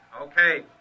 Okay